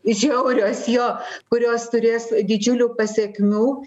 žiaurios jo kurios turės didžiulių pasekmių